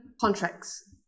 contracts